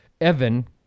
Evan